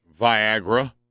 Viagra